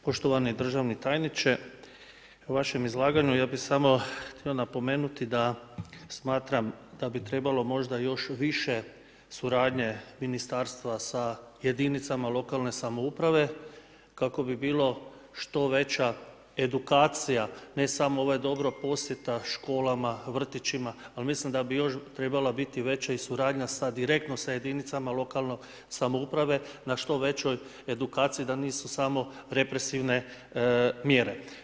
Poštovani državni tajniče u vašem izlaganju ja bih samo htio napomenuti da smatram da bi trebalo možda još više suradnje ministarstva sa jedinicama lokalne samouprave kako bi bilo što veća edukacija ne samo ova dobra posjeta školama, vrtićima ali mislim da bi još trebala biti veća i suradnja sa, direktno sa jedinicama lokalne samouprave na što većoj edukaciji da nisu samo represivne mjere.